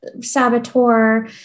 saboteur